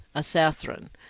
a southron,